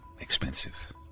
expensive